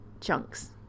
chunks